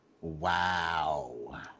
Wow